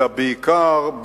אלא בעיקר,